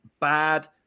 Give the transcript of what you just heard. bad